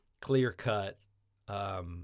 clear-cut